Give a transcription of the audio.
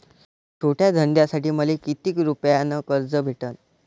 छोट्या धंद्यासाठी मले कितीक रुपयानं कर्ज भेटन?